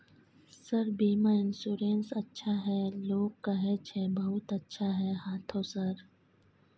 Sir बीमा insurance अच्छा है लोग कहै छै बहुत अच्छा है हाँथो सर?